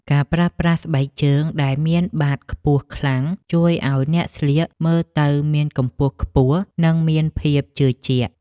ការប្រើប្រាស់ស្បែកជើងដែលមានបាតខ្ពស់ខ្លាំង ជួយឱ្យអ្នកស្លៀកមើលទៅមានកម្ពស់ខ្ពស់និងមានភាពជឿជាក់។